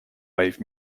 wave